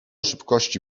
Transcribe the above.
szybkości